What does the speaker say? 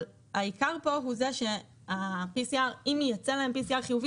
אבל העיקר פה הוא שאם יצא להם PCR חיובי